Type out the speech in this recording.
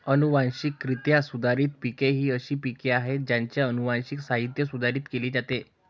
अनुवांशिकरित्या सुधारित पिके ही अशी पिके आहेत ज्यांचे अनुवांशिक साहित्य सुधारित केले जाते